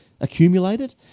accumulated